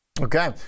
Okay